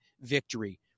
victory